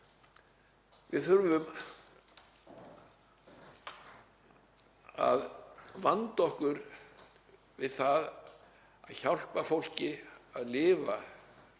Við þurfum að vanda okkur við það að hjálpa fólki að lifa í